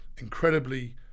incredibly